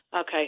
okay